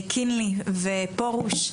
קינלי ופורוש,